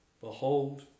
Behold